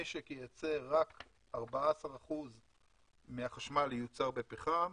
רק 14% מהחשמל ייוצר בפחם,